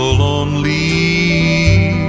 lonely